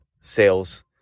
sales